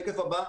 בשקף הבא: